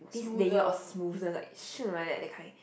this layer of smoothness like shoong like that that kind